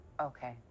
Okay